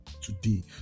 today